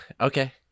Okay